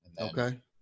okay